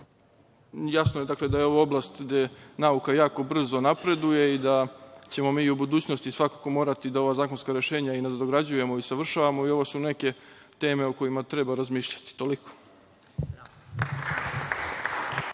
je da je ovo oblast gde nauka jako brzo napreduje i da ćemo mi i u budućnosti svakako morati da ova zakonska rešenja i nadograđujemo i usavršavamo. Ovo su neke teme o kojima treba razmišljati.